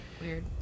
weird